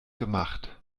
gemacht